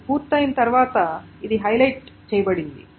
అది పూర్తయిన తర్వాత ఇది హైలైట్ చేయబడినది